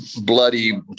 bloody